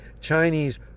Chinese